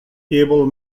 able